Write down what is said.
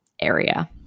area